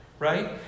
Right